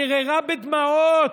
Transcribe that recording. מיררה בדמעות,